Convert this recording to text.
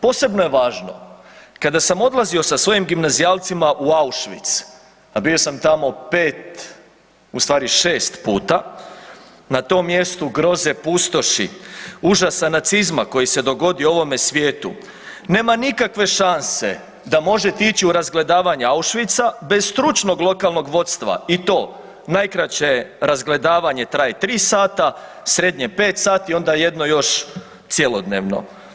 Posebno je važno kada sam odlazio sa svojim gimnazijalcima u Auschwitz, a bio sam tamo 5, ustvari 6 puta, na tom mjestu groze, pustoši, užasa nacizma koji se dogodio ovome svijetu, nema nikakve šanse da možete ići u razgledavanja Auschwitza bez stručnog lokalnog vodstva i to najkraće razgledavanja traje 3 sata, srednje 5 sati, onda jedno još cjelodnevno.